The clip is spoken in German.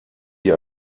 wie